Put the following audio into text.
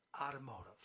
Automotive